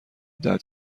دهد